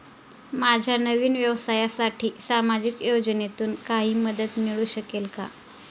माझ्या नवीन व्यवसायासाठी सामाजिक योजनेतून काही मदत मिळू शकेल का?